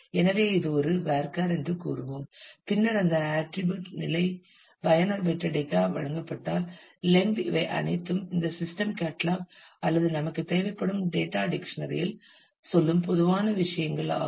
எனவே இது ஒரு வேர்கேர் என்று கூறுவோம் பின்னர் அந்த ஆட்டிரிபியூட் நிலை பயனர் மெட்டாடேட்டா வழங்கப்பட்டால் லென்த் இவை அனைத்தும் இந்த சிஸ்டம் கேட்டலாக் அல்லது நமக்குத் தேவைப்படும் டேட்டா டிக்சனரியில் சொல்லும் பொதுவான விஷயங்கள் ஆகும்